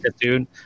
dude